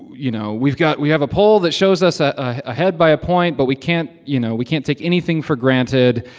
you know, we've got we have a poll that shows us ah ah ahead by a point, but we can't, you know, we can't take anything for granted.